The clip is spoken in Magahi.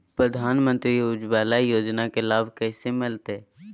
प्रधानमंत्री उज्वला योजना के लाभ कैसे मैलतैय?